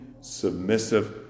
submissive